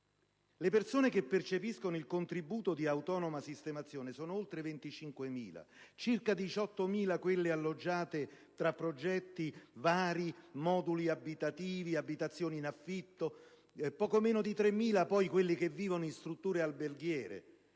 Le persone che percepiscono il contributo di autonoma sistemazione sono oltre 25.000; circa 18.000 quelle alloggiate tra progetti vari, moduli abitativi, abitazioni in affitto; poco meno di 3.000 quelle che vivono in strutture alberghiere.